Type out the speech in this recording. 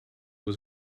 was